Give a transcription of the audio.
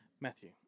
Matthew